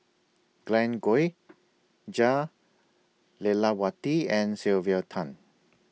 Glen Goei Jah Lelawati and Sylvia Tan